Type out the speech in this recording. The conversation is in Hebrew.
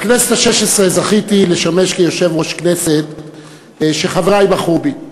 בכנסת השש-עשרה זכיתי לשמש כיושב-ראש הכנסת שחברי בחרו בי,